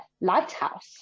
lighthouse